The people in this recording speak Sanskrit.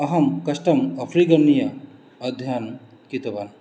अहं कष्टं अध्ययनं कृतवान्